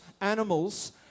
animals